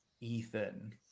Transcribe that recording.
Ethan